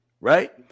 Right